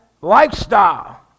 lifestyle